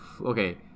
Okay